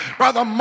brother